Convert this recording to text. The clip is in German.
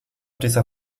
dieser